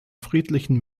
friedlichen